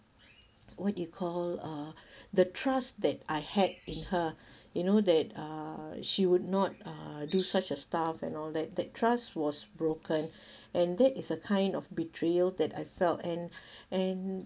what do you call uh the trust that I had in her you know that uh she would not uh do such a stuff and all that that trust was broken and that is a kind of betrayal that I felt and and